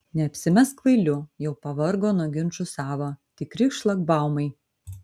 neapsimesk kvailiu jau pavargo nuo ginčų sava tikri šlagbaumai